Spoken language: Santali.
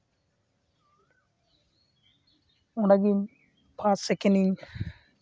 ᱚᱸᱰᱮᱜᱮᱧ ᱯᱷᱟᱥ ᱥᱮᱠᱮᱱᱤᱧ